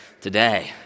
today